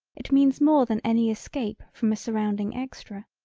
it means more than any escape from a surrounding extra.